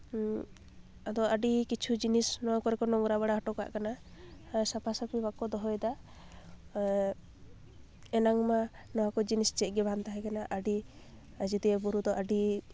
ᱟᱫᱚ ᱟᱹᱰᱤ ᱠᱤᱪᱷᱩ ᱡᱤᱱᱤᱥ ᱱᱚᱣᱟ ᱠᱚᱨᱮ ᱠᱚ ᱱᱚᱝᱨᱟ ᱵᱟᱲᱟ ᱦᱚᱴᱚ ᱠᱟᱜ ᱠᱟᱱᱟ ᱟᱨ ᱥᱟᱯᱷᱟᱥᱟᱯᱷᱤ ᱵᱟᱠᱚ ᱫᱚᱦᱚᱭᱮᱫᱟ ᱮᱱᱟᱝ ᱢᱟ ᱱᱚᱣᱟ ᱡᱤᱱᱤᱥ ᱪᱮᱫ ᱜᱮ ᱵᱟᱝ ᱛᱟᱦᱮᱸᱠᱟᱱᱟ ᱟᱹᱰᱤ ᱟᱡᱳᱫᱤᱭᱟᱹ ᱵᱩᱨᱩ ᱫᱚ ᱟᱹᱰᱤ